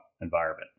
environment